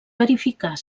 verificar